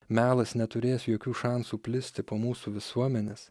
melas neturės jokių šansų plisti po mūsų visuomenes